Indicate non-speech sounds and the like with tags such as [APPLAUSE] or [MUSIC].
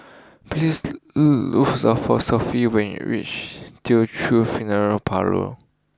please to [UNINTELLIGIBLE] for Sophie when you reach Teochew Funeral Parlour